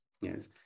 Yes